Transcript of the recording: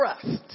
trust